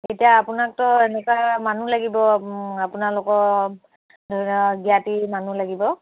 এতিয়া আপোনাকতো এনেকুৱা মানুহ লাগিব আপোনালোকৰ ধৰা জ্ঞাতিৰ মানুহ লাগিব